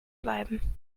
bleiben